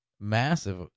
massive